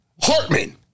Hartman